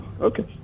Okay